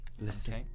Listen